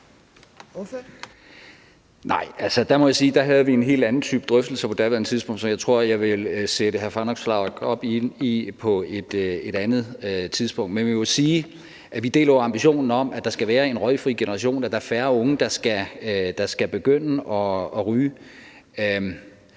vi havde en helt anden type drøftelser på daværende tidspunkt, som jeg tror jeg vil sætte hr. Alex Vanopslagh ind i på et andet tidspunkt. Men vi må sige, at vi jo deler ambitionen om, at der skal være en røgfri generation, at der er færre unge, der skal begynde at ryge,